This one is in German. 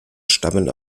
stammen